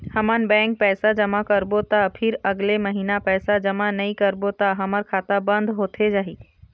हमन बैंक पैसा जमा करबो ता फिर अगले महीना पैसा जमा नई करबो ता का हमर खाता बंद होथे जाही?